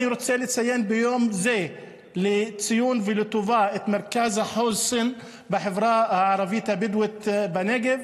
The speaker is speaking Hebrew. אני רוצה לציין ביום זה לטובה את מרכז החוסן בחברה הערבית הבדואית בנגב,